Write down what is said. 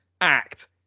act